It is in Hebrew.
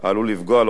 לאורך שנים רבות,